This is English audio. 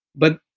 but